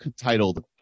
titled